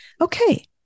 Okay